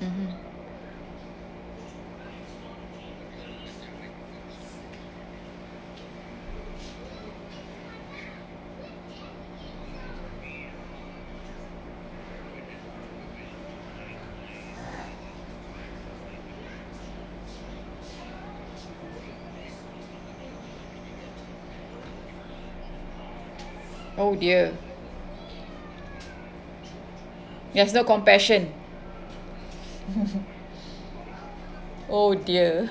mmhmm oh dear there's no compassion oh dear